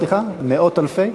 סליחה, מאות אלפי?